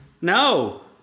no